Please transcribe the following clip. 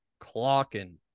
clocking